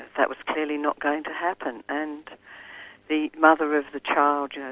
that was clearly not going to happen. and the mother of the child, yeah